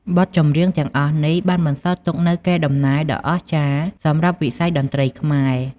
បទចម្រៀងទាំងអស់នេះបានបន្សល់ទុកនូវកេរដំណែលដ៏អស្ចារ្យសម្រាប់វិស័យតន្ត្រីខ្មែរ។